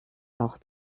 auch